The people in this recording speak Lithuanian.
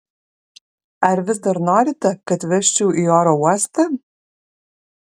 ar vis dar norite kad vežčiau į oro uostą